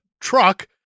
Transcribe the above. truck